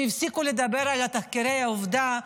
שיפסיקו לדבר על תחקירי עובדה,